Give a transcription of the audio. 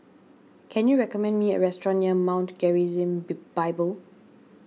can you recommend me a restaurant near Mount Gerizim B Bible